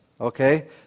Okay